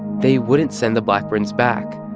they wouldn't send the blackburns back.